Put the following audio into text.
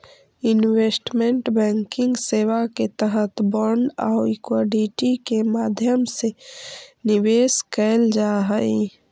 investment banking सेवा के तहत बांड आउ इक्विटी के माध्यम से निवेश कैल जा हइ